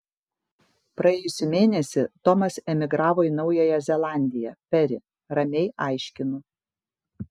praėjusį mėnesį tomas emigravo į naująją zelandiją peri ramiai aiškinu